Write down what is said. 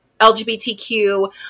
LGBTQ